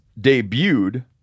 debuted